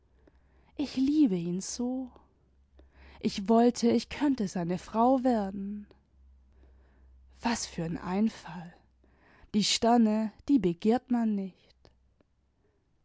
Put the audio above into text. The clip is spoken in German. ich liebe ihn so ich wollte ich köimte seine frau werden was für'n einfall die sterne die begehrt man nicht